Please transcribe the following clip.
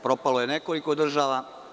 Propalo je nekoliko država.